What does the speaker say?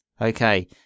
okay